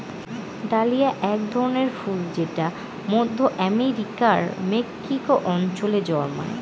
dahlia এক ধরনের ফুল যেটা মধ্য আমেরিকার মেক্সিকো অঞ্চলে জন্মায়